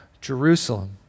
Jerusalem